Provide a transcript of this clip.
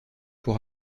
pour